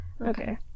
Okay